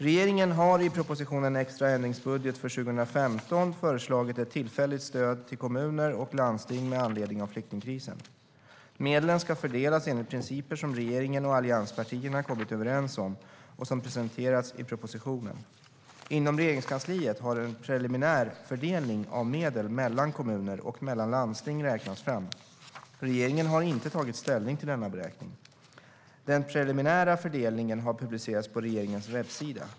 Regeringen har i propositionen Extra ändringsbudget för 2015 föreslagit ett tillfälligt stöd till kommuner och landsting med anledning av flyktingkrisen. Medlen ska fördelas enligt principer som regeringen och allianspartierna kommit överens om och som presenterats i propositionen. Inom Regeringskansliet har en preliminär fördelning av medel mellan kommuner och mellan landsting räknats fram. Regeringen har inte tagit ställning till denna beräkning. Den preliminära fördelningen har publicerats på regeringens webbsida.